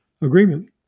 agreement